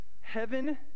Heaven